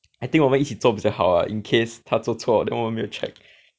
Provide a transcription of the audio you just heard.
I think 我们一起做比较好啦 in case 他做错 then 我们没有 check